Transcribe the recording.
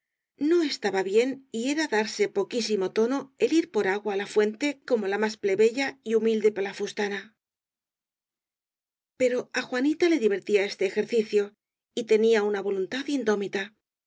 no es taba bien y era darse poquísimo tono el ir por agua á la fuente como la más plebeya y humilde pelafustana pero á juanita le divertía este ejercicio y tenía una voluntad indómita